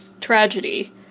tragedy